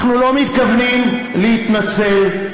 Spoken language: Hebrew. אנחנו לא מתכוונים להתנצל,